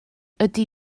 ydy